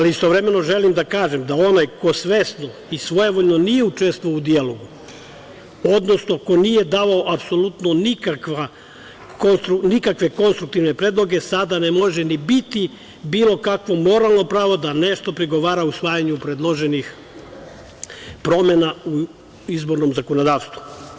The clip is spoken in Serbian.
Istovremeno želim da kažem da onaj ko svesno i svojevoljno nije učestvovao u dijalogu, odnosno ko nije davao apsolutno nikakve konstruktivne predloge, sada ne može ni biti bilo kakvo moralno pravo da nešto prigovara usvajanju predloženih promena u izbornom zakonodavstvu.